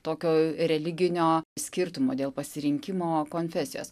tokio religinio skirtumo dėl pasirinkimo konfesijos